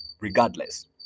regardless